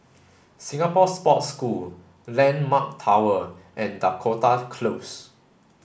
Singapore Sports School Landmark Tower and Dakota Close